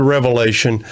Revelation